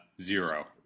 zero